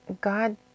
God